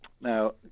Now